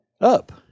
Up